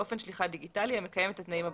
באופן שליחה דיגיטלי המקיים את התנאים הבאים: